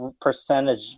percentage